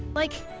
like,